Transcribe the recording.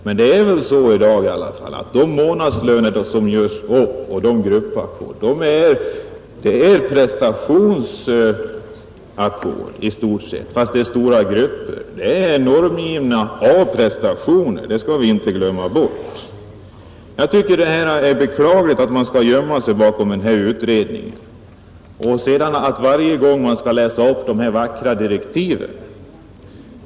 Men det är väl så i dag i alla fall att de månadslöner och de gruppackord som görs upp är prestationsackord i stort sett fast det är stora grupper. Det är normgivna A-prestationer, Det skall vi inte glömma bort. Jag tycker det är beklagligt att man skall gömma sig bakom denna utredning och vidare att man varje gång skall läsa upp de här vackra direktiven.